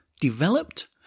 developed